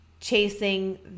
chasing